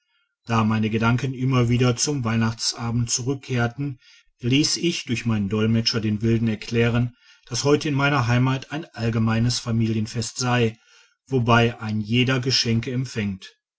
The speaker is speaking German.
da meine gedanken immer wieder zum weihnachtsabend zurückkehrten liess ich durch meinen dolmetscher den wilden erklären dass heute in meiner heimat ein allgemeines familienfest sei wobei ein jeder geschenke empfängt